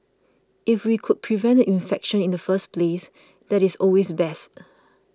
if we could prevent the infection in the first place that is always best